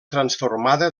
transformada